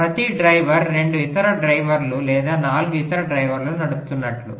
ప్రతి డ్రైవర్ 2 ఇతర డ్రైవర్లు లేదా 4 ఇతర డ్రైవర్లను నడుపుతున్నట్లు